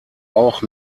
auch